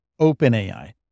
OpenAI